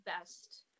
best